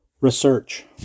research